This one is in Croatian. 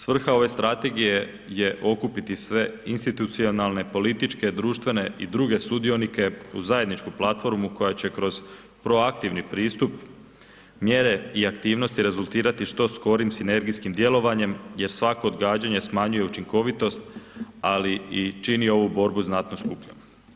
Svrha ove Strategije je okupiti sve institucionalne, političke, društvene i druge sudionike u zajedničku platformu koja će kroz proaktivni pristup, mjere i aktivnosti rezultirati što skorim sinergijskim djelovanjem jer svako odgađanje smanjuje učinkovitost, ali i čini ovu borbu znatno skupljom.